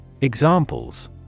Examples